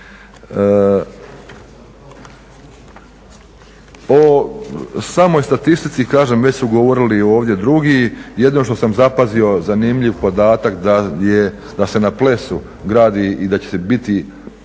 O samoj statistici kažem, već su govorili ovdje drugi, jedino što sam zapazio zanimljiv podatak da se na Plesu gradi i da će biti